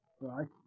right